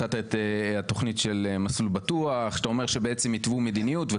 דיברת על התוכנית "מסלול בטוח" ושלמעשה התוו מדיניות.